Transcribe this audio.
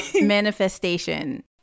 manifestation